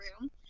room